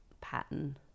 pattern